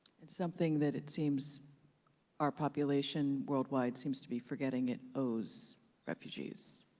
it's something that it seems our population worldwide seems to be forgetting it owes refugees.